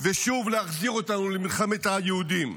כדי שוב להחזיר אותנו למלחמת היהודים.